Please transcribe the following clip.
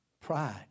Pride